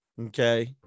Okay